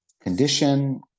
condition